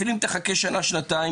אפילו אם תחכה שנה-שנתיים,